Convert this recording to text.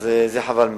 אז זה חבל מאוד.